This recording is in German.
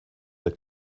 der